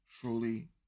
truly